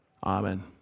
Amen